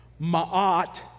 Ma'at